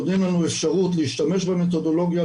נותנים לנו אפשרות להשתמש במתודולוגיה,